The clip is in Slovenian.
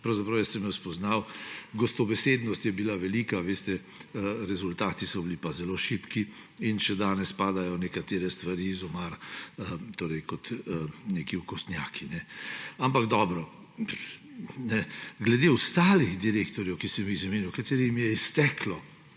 pravzaprav sem jo spoznal, gostobesednost je bila velika, veste, rezultati so bili pa zelo šibki in še danes padajo nekatere stvari iz omar kot neki okostnjaki. Ampak dobro. Glede ostalih direktorjev, ki sem jih zamenjal, torej ne zamenjal,